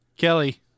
Kelly